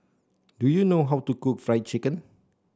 do you know how to cook Fried Chicken